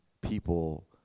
people